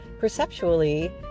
perceptually